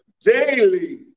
Daily